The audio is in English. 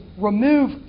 remove